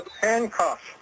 handcuffs